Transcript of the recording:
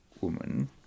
woman